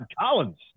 Collins